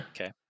Okay